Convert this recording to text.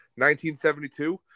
1972